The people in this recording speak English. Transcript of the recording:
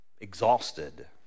exhausted